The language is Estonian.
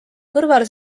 kõrvale